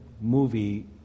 movie